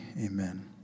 amen